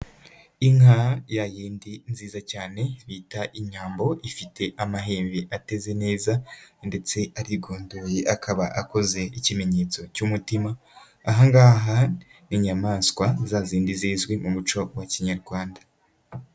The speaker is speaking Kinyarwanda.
Inka ya yindi nziza cyane bita inyambo, ifite amahimbe ateze neza ndetse arigondoye akaba akoze ikimenyetso cy'umutima, aha ngaha ni inyamaswa za zindi zizwi mu muco wa kinyarwanda.